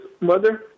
mother